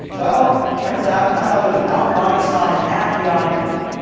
well, it turns out none other than albert einstein had the idea.